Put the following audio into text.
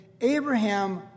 Abraham